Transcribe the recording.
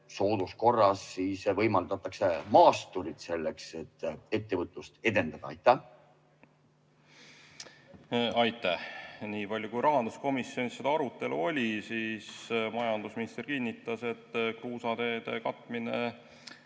sooduskorras võimaldatakse maasturid, selleks et ettevõtlust edendada? Aitäh! Niipalju kui rahanduskomisjonis seda arutelu oli, siis majandusminister kinnitas, et kruusateede katmine